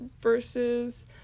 versus